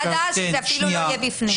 עד אז זה אפילו לא יהיה בפנים.